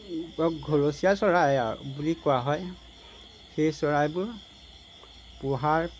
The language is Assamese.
বা ঘৰচীয়া চৰাই আৰু বুলি কোৱা হয় সেই চৰাইবোৰ পোহাৰ